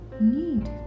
need